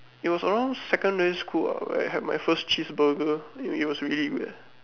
it was around secondary school ah where I have my first cheese burger it was really weird